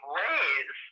ways